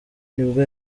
nibwo